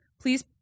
Please